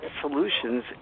solutions